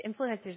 influencers